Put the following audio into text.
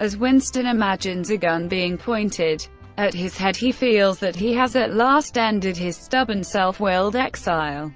as winston imagines a gun being pointed at his head, he feels that he has at last ended his stubborn, self-willed exile